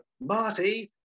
Marty